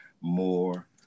more